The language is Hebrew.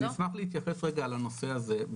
אני אשמח להתייחס רגע על נושא הזה,